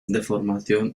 deformación